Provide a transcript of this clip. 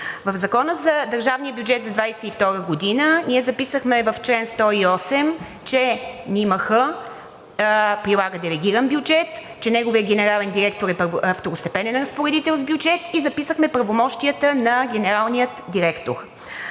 В Закона за държавния бюджет за 2022 г. ние записахме в чл. 108, че НИМХ прилага делегиран бюджет, че неговият генерален директор е второстепенен разпоредител с бюджет и записахме правомощията на генералния директор.